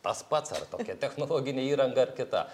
tas pats ar tokia technologinė įranga ar kita